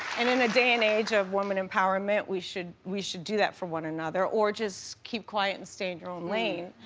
and in a day and age of women empowerment, we should we should do that for one another or just keep quiet and stay in your own lane.